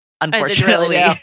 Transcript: unfortunately